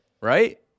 right